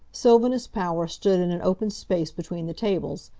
sylvanus power stood in an open space between the tables,